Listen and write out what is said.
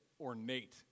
ornate